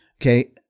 okay